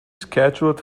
schedule